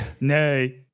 Nay